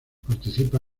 participa